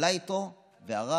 עלה איתו הרב,